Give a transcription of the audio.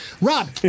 Rob